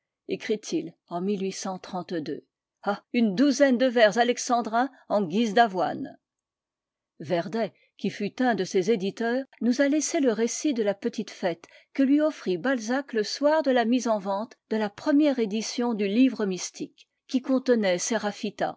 écrit-il en a une douzaine de vers alexandrins en guise d'avoine werdet qui fut un de ses éditeurs nous a laissé le récit de la petite fête que lui offrit balzac le soir de la mise en vente de la première édition du u livre mystique qui contenait